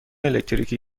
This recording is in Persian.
الکتریکی